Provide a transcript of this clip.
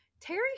terry